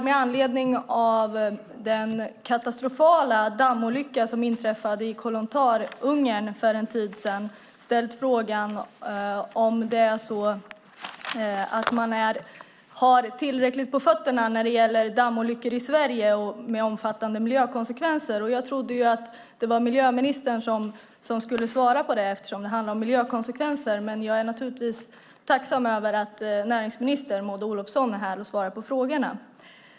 Med anledning av den katastrofala dammolycka som inträffade i Kolontar i Ungern för en tid sedan har jag ställt frågan om man har tillräckligt på fötterna när det gäller dammolyckor med omfattande miljökonsekvenser i Sverige. Jag trodde att det var miljöministern som skulle svara på det eftersom det handlar om miljökonsekvenser, men jag är naturligtvis tacksam över att näringsminister Maud Olofsson är här och svarar på frågorna.